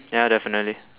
ya definitely